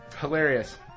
hilarious